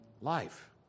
life